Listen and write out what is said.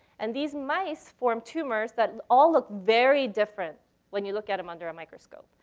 and these mice formed tumors that all look very different when you look at em under a microscope.